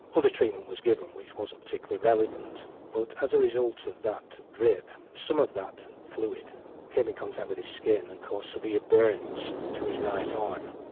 fuller treatment was given which wasn't particularly relevant, but as a result of that drip, some of that fluid came in contact with his skin and caused severe burns to his right arm.